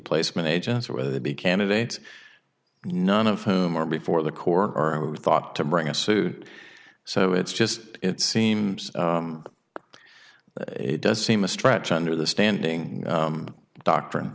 placement agents or whether they be candidates none of whom are before the court or who thought to bring a suit so it's just it seems but it does seem a stretch under the standing doctrine